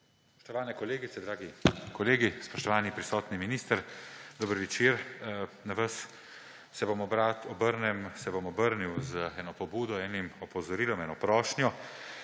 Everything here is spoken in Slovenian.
Spoštovane kolegice, dragi kolegi, spoštovani prisotni minister, dober večer! Na vas se bom obrnil z eno pobudo, enim opozorilom, eno prošnjo.